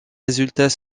résultats